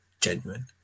genuine